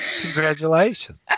Congratulations